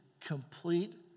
complete